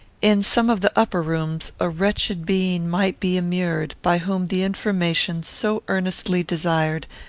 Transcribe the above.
in some of the upper rooms a wretched being might be immured by whom the information, so earnestly desired,